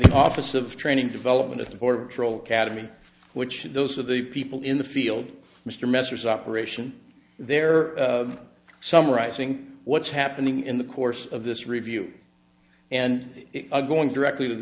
the office of training development of the border patrol cademy which those of the people in the field mr messrs operation there summarizing what's happening in the course of this review and going directly to the